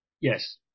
Yes